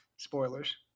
spoilers